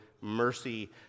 mercy